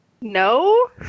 No